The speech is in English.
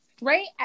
right